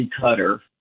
cutter